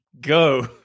go